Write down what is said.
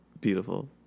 Beautiful